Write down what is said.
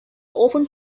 often